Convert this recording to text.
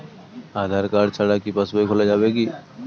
আধার card ছাড়া কি পাসবই খোলা যাবে কি?